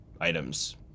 items